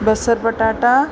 बसरु पटाटा